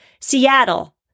Seattle